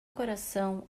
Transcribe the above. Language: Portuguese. coração